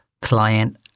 client